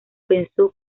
pensó